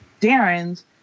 Darren's